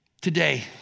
Today